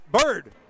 Bird